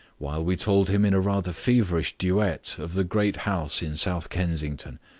while we told him in a rather feverish duet of the great house in south kensington,